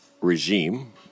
regime